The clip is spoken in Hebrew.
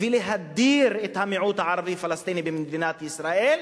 ולהדיר את המיעוט הערבי הפלסטיני במדינת ישראל,